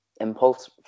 impulse